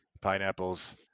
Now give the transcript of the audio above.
pineapples